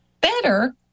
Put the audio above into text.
better